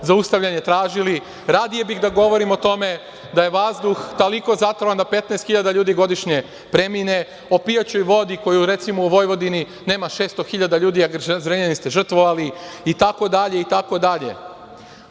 zaustavljanje tražili, radije bih da govorim o tome da je vazduh toliko zatrovan da 15.000 ljudi godišnje premine, o pijaćoj vodi koju, recimo, u Vojvodini nema 600.000 ljudi, a Zrenjanin ste žrtvovali itd, itd.